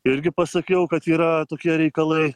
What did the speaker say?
irgi pasakiau kad yra tokie reikalai